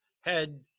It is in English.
head